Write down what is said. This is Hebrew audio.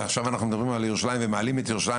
עכשיו כשאנחנו מדברים על ירושלים ומעלים את ירושלים